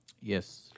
Yes